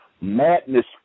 Madness